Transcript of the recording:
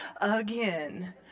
again